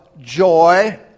joy